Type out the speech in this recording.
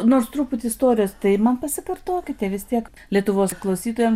nors truputį istorijos tai man pasikartokite vis tiek lietuvos klausytojam